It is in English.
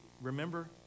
Remember